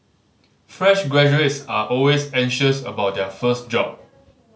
fresh graduates are always anxious about their first job